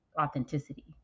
authenticity